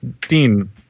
Dean